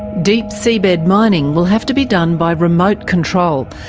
deep seabed mining will have to be done by remote control,